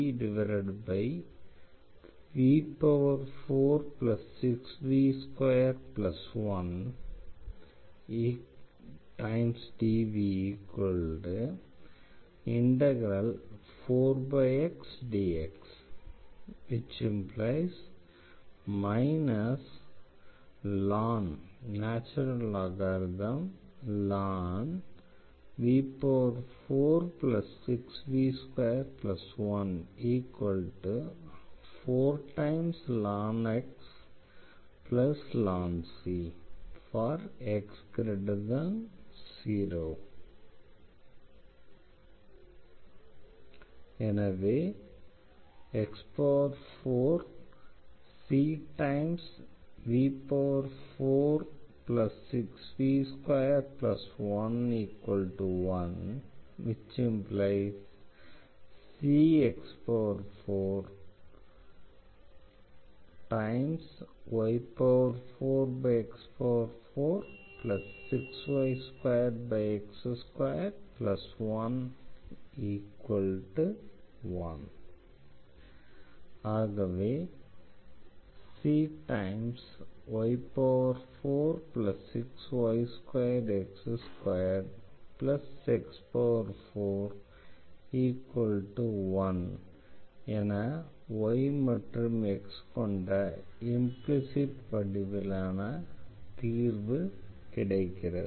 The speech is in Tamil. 4v33vv46v21dv4xdx ⟹ ln v46v21 4ln x ln c x0 எனவே ⟹x4cv46v211 ⟹cx4y4x46y2x211 ஆகவே cy46y2x2x41 என y மற்றும் x கொண்ட இம்ப்ளிசிட் வடிவிலான தீர்வு கிடைக்கிறது